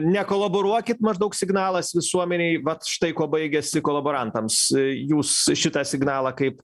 nekolaboruokit maždaug signalas visuomenei vat štai kuo baigiasi kolaborantams jūs šitą signalą kaip